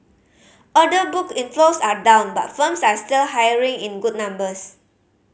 order book inflows are down but firms are still hiring in good numbers